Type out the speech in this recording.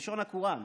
בלשון הקוראן,